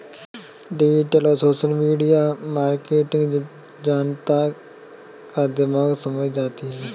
digital और social media marketing जनता का दिमाग समझ जाती है